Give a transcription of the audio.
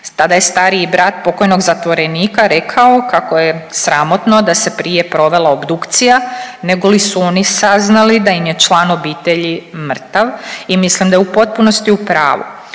Tada je stariji brat pokojnog zatvorenika rekao kako je sramotno da se prije provela obdukcija negoli su oni saznali da im je član obitelji mrtav i mislim da je u potpunosti upravu.